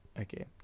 okay